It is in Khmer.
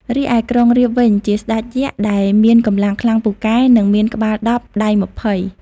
រីឯក្រុងរាពណ៍វិញ ជាស្ដេចយក្សដែលមានកម្លាំងខ្លាំងពូកែ និងមានក្បាលដប់ ដៃម្ភៃ ។